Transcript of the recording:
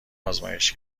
آزمایش